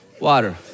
water